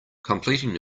completing